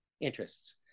interests